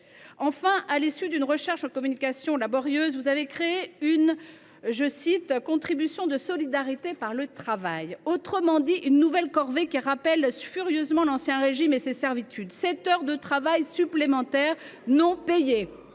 Enfin, à l’issue d’une recherche en communication laborieuse, vous avez créé une « contribution de solidarité par le travail », en d’autres termes, une nouvelle corvée qui rappelle furieusement l’Ancien Régime et ses servitudes : sept heures de travail supplémentaires non payées.